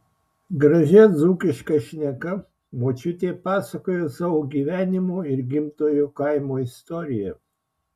gražia dzūkiška šneka močiutė pasakojo savo gyvenimo ir gimtojo kaimo istoriją